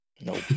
Nope